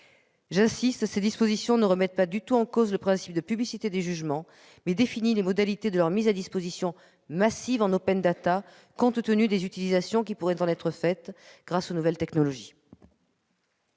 J'y insiste, ces dispositions ne remettent pas du tout en cause le principe de publicité des jugements, mais définissent les modalités de leur mise à disposition massive en, compte tenu des utilisations qui pourraient en être faites grâce aux nouvelles technologies.